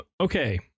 Okay